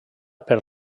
per